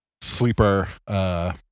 sleeper